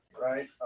right